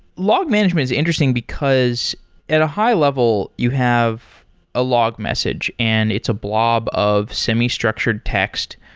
log management is interesting, because at a high-level, you have a log message and it's a blob of semi-structured text,